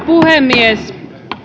puhemies